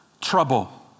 trouble